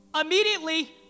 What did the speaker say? immediately